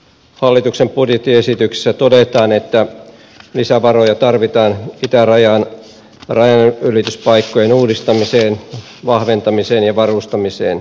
hallituksen budjettiesityksessä todetaan että lisävaroja tarvitaan itärajan rajanylityspaikkojen uudistamiseen vahventamiseen ja varustamiseen